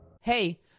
Hey